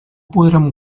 podrem